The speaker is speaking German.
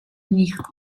nicht